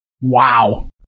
Wow